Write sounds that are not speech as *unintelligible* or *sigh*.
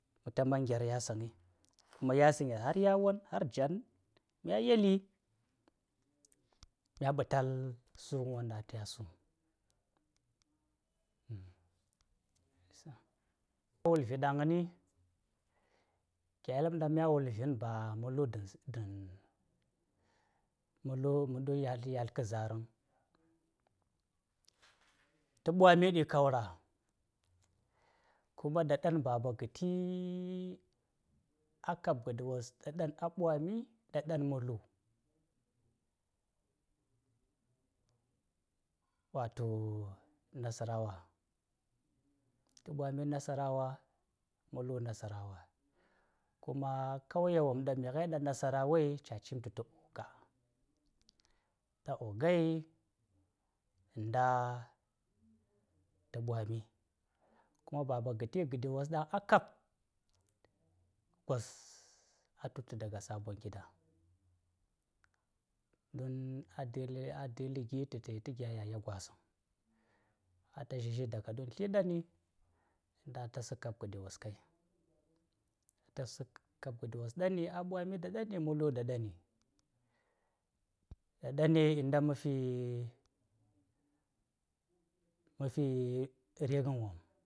﻿Mata man ŋer yasaŋghi, kuma yasaŋes har yuwon, har jan, mya yeli, mya ɓital su genyoɗaŋ a taya sum. *unintelligible* Ta wulvị ɗaŋni, kya yel ɗaŋ mya wul vi̱n ba ma lu̱ gan danŋ, ma lʊ-ma lu yasl, yasl ka zarvaŋ, ta ɓwami ɗi kaura, kuma ɗa ɗan baba gati a kab ghɗiwos da dan, a ɓwami̱, ɗa ɗan malu; wato Nasarawa. Ta ɓwami Nasarawa; maLu Nasarawa. Kuma kauye wom ɗaŋ miyi ghai ɗa Nasarawai cacim ta tu Buga. Ɗa Bugai nda ta ɓwami. kuma Baba gati gaɗi wos ɗaŋ a kab, gwos a tuta daga ɗi sabon gida, don a dali, a da li gi ta tayi ta gya: yaya gwasaŋ. A ta shishi daga ɗan sla ɗani, nda a ta slaŋ Kab gaɗiwoskai. A ta slaŋ kab gaɗiwos ɗani, a ɓwa mi ɗa ɗani, ma lu ɗa ɗani. Ɗa ɗani nda "ma fi-ma fi rigan wopm."